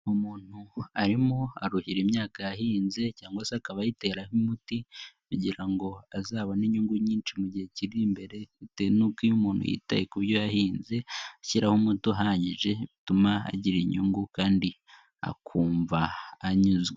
Umuntu arimo aruhira imyaka yahinze cyangwa se akaba ayiteramo umuti kugira ngo azabone inyungu nyinshi mu gihe kiri imbere bitewe n'uko iyo umuntu yitaye ku byo yahinze, ashyiraho umuti uhagije bituma agira inyungu kandi akumva anyuzwe.